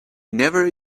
never